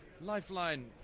Lifeline